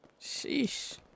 Sheesh